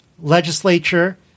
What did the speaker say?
legislature